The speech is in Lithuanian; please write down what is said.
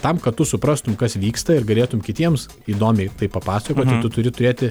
tam kad tu suprastum kas vyksta ir galėtum kitiems įdomiai tai papasakoti tu turi turėti